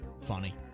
Funny